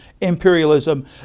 imperialism